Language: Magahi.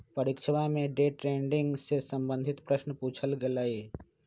परीक्षवा में डे ट्रेडिंग से संबंधित प्रश्न पूछल गय लय